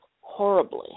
horribly